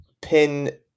pin